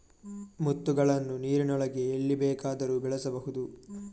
ಮುತ್ತುಗಳನ್ನು ನೀರಿನೊಳಗೆ ಎಲ್ಲಿ ಬೇಕಾದರೂ ಬೆಳೆಸಬಹುದು